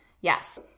yes